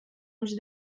uns